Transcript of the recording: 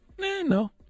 no